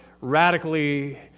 radically